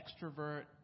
extrovert